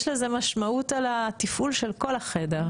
יש לזה משמעות על התפעול של כל החדר.